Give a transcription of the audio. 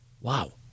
wow